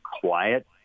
quiet